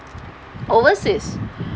overseas